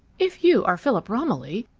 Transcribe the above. if you are philip romilly,